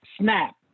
SNAP